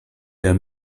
der